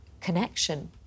connection